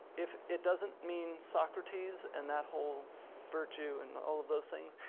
if it doesn't mean socrates and that whole virtue and all of those things,